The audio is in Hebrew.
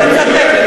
לצטט.